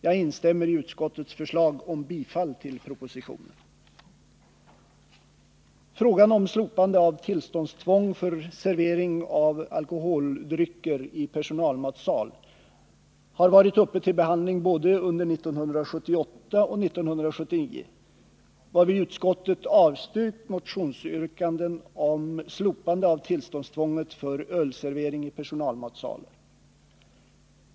Jag instämmer i utskottets förslag om bifall till propositionen. Frågan om slopande av tillståndstvång för servering av alkoholdrycker i personalmatsal har varit uppe till behandling både under 1978 och 1979, varvid utskottet avstyrkt motionsyrkanden om slopande av tillståndstvånget för ölservering i personalmatsalar.